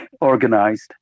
organized